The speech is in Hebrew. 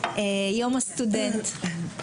יום הסטודנט,